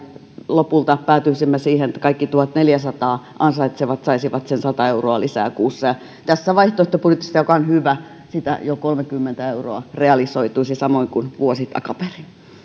lopulta päätyisimme siihen että kaikki tuhatneljäsataa ansaitsevat saisivat sen sata euroa lisää kuussa tässä vaihtoehtobudjetissa joka on hyvä siitä jo kolmekymmentä euroa realisoituisi samoin kuin vuosi takaperin